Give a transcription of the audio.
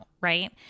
right